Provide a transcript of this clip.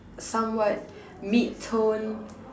somewhat mid tone